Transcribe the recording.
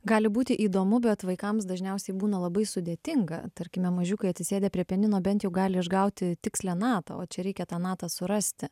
gali būti įdomu bet vaikams dažniausiai būna labai sudėtinga tarkime mažiukai atsisėdę prie pianino bent jau gali išgauti tikslią natą o čia reikia tą natą surasti